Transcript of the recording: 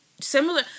Similar